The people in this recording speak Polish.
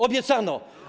Obiecano.